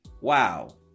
wow